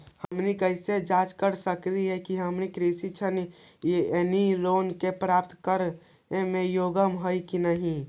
हमनी कैसे जांच सकली हे कि हमनी कृषि ऋण यानी लोन प्राप्त करने के योग्य हई कि नहीं?